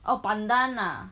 oh pandan ah